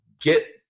get